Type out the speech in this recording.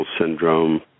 syndrome